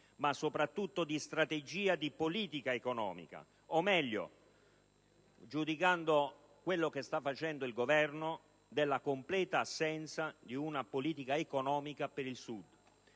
ma soprattutto di strategia di politica economica o, meglio, giudicando quello che sta facendo il Governo, della completa assenza di una politica economica per il Sud.